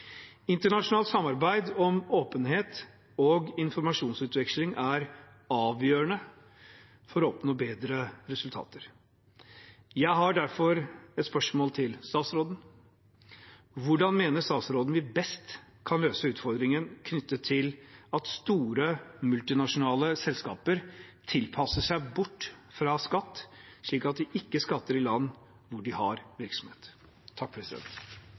Internasjonalt samarbeid om åpenhet og informasjonsutveksling er avgjørende for å oppnå bedre resultater. Jeg har derfor et spørsmål til statsråden: Hvordan mener statsråden vi best kan løse utfordringen knyttet til at store multinasjonale selskaper tilpasser seg bort fra skatt, slik at de ikke skatter i land hvor de har virksomhet?